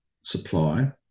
supply